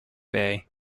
bay